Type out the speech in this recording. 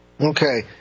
Okay